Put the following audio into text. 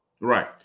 Right